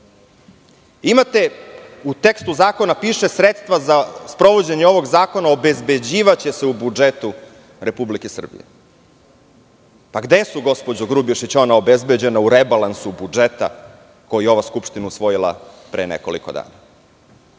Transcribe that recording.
čega? U tekstu zakona piše – sredstva za sprovođenje ovog zakona obezbeđivaće se u budžetu Republike Srbije. Gde su, gospođo Grubješić, ona obezbeđena u rebalansu budžeta koji je ova Skupština usvojila pre nekoliko dana?